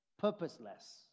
purposeless